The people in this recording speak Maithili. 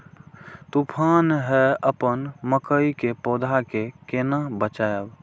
तुफान है अपन मकई के पौधा के केना बचायब?